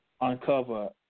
uncover